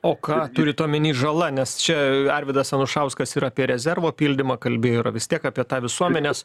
o ką turit omeny žala nes čia arvydas anušauskas ir apie rezervo pildymą kalbėjo yra vis tiek apie tą visuomenės